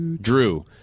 Drew